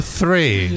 three